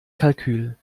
kalkül